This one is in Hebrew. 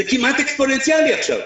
זה כמעט אקספוננציאלי עכשיו.